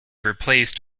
replaced